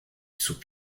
sous